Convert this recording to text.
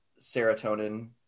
serotonin